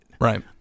Right